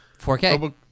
4K